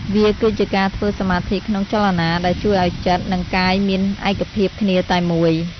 វាគឺជាការធ្វើសមាធិក្នុងចលនា ដែលជួយឱ្យចិត្ត និងកាយមានឯកភាពគ្នាតែមួយ។